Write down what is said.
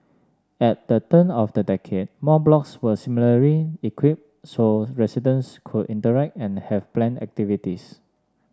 at the turn of the decade more blocks were similarly equipped so residents could interact and have planned activities